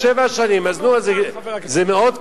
אז שבע שנים, אז נו, זה מאוד קרוב.